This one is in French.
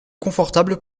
confortable